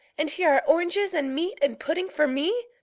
and here are oranges and meat and pudding for me!